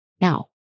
Now